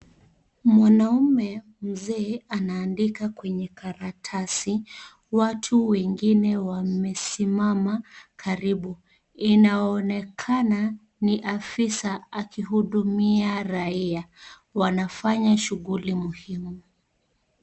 Mwanaume mzee anaandika kwenye karatasi, watu wengine wamesimama karibu, inaonekana ni afisa akihudumia raia, wanafanya shughuli muhimu.